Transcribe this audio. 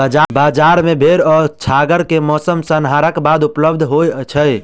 बजार मे भेड़ आ छागर के मौस, संहारक बाद उपलब्ध होय छै